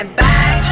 back